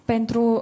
Pentru